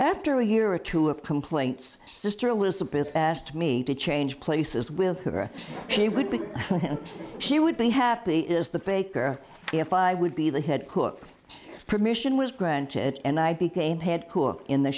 after a year or two of complaints sister elizabeth asked me to change places with her she would be and she would be happy is the baker if i would be the head cook permission was granted and i became head cook in the